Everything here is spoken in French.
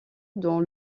dans